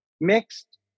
mixed